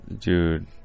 Dude